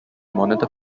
monitor